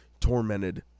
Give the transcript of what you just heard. tormented